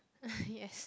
yes